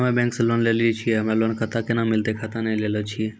हम्मे बैंक से लोन लेली छियै हमरा लोन खाता कैना मिलतै खाता नैय लैलै छियै?